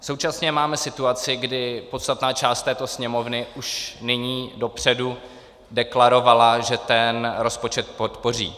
Současně máme situaci, kdy podstatná část této Sněmovny už nyní dopředu deklarovala, že rozpočet podpoří.